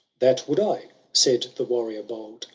that would i, said the warrior bold,